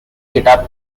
guitar